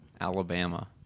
alabama